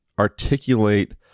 articulate